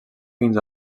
fins